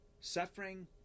suffering